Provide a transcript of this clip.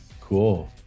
cool